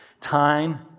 time